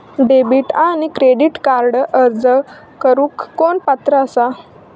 Debit आणि credit कार्डक अर्ज करुक कोण पात्र आसा?